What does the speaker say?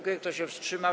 Kto się wstrzymał?